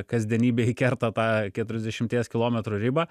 kasdienybėj kerta tą keturiasdešimties kilometrų ribą